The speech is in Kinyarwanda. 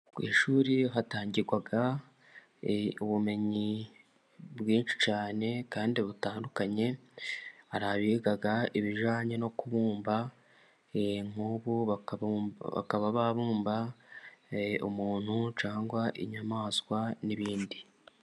Ku ishuri hatangirwa ubumenyi bwinshi cyane kandi butandukanye, hari abiga ibijyanye no kubumba, nk'ubu bakaba babumba umuntu cyangwa inyamaswa n'ibindi.